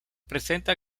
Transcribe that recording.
presenta